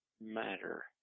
matter